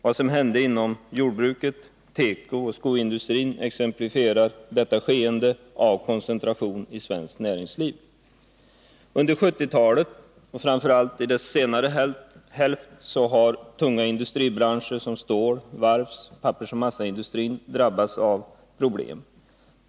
Vad som hände inom jordbruket, tekoindustrin och skoindustrin exemplifierar detta skeende av koncentration i svenskt näringsliv. Under 1970-talet, framför allt under dess senare hälft, har tunga industribranscher — såsom stål-, varvs-, pappersoch massaindustrin — drabbats av problem.